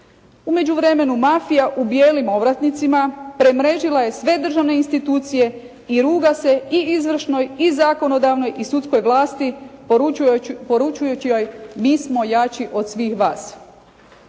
U međuvremenu mafija u bijelim ovratnicima premrežila je sve državne institucije i ruga se izvršnoj i zakonodavnoj i sudskoj vlasti poručujući joj: «Mi smo jači od svih vas.»